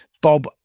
Bob